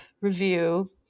review